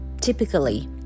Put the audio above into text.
typically